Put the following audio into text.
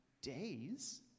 days